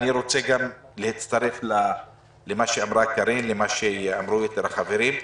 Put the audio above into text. גם אני רוצה להצטרף למה שאמרה קארין ולמה שאמרו יתר החברים.